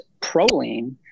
proline